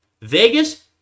Vegas